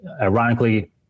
ironically